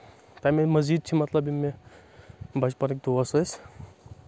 تَمہِ مٔزیٖد چھِ مطلب یِم مےٚ بچپنٕکۍ دوس ٲسۍ